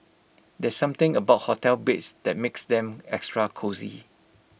there's something about hotel beds that makes them extra cosy